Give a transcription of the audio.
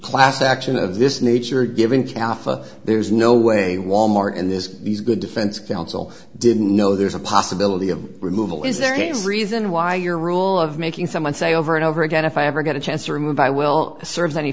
class action of this nature given calcutta there's no way wal mart in this these good defense council didn't know there's a possibility of removal is there hands reason why your rule of making someone say over and over again if i ever get a chance or move i will serve any